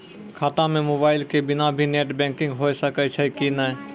खाता म मोबाइल के बिना भी नेट बैंकिग होय सकैय छै कि नै?